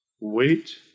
Wait